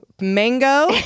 mango